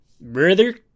Brother